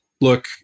Look